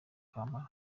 kampala